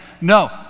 No